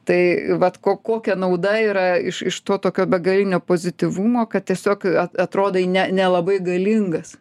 tai vat ko kokia nauda yra iš iš to tokio begalinio pozityvumo kad tiesiog at atrodai ne nelabai galingas